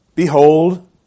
Behold